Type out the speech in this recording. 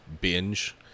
binge